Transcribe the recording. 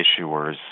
issuers